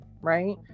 right